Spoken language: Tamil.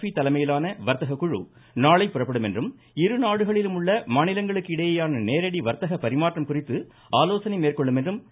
பி தலைமையிலான வர்த்தக குழு நாளை புறப்படும் என்றும் இரு நாடுகளிலும் உள்ள மாநிலங்களுக்கு இடையேயான நேரடி வாத்தக பரிமாற்றம் குறித்து ஆலோசனை மேற்கொள்ளும் என்றும் திரு